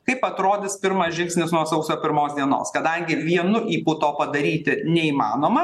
kaip atrodys pirmas žingsnis nuo sausio pirmos dienos kadangi vienu ypu to padaryti neįmanoma